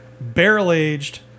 Barrel-Aged